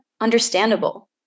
understandable